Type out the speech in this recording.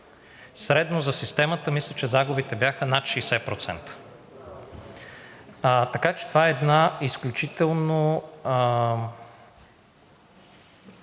Средно за системата, мисля, че загубите бяха над 60%. Така че това е една изключително